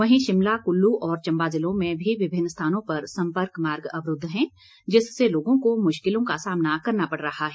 वहीं शिमला कुल्लू और चंबा जिलों में भी विभिन्न स्थानों पर संपर्क मार्ग अवरूद्व हैं जिससे लोगों को मुश्किलों का सामना करना पड़ रहा है